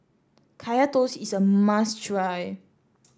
Kaya Toast is a must try